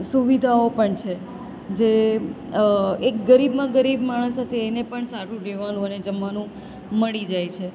સુવિધાઓ પણ છે જે એક ગરીબમાં ગરીબ માણસ હશે એને પણ સારું રહેવાનું અને જમવાનું મળી જાય છે